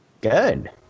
Good